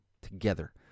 together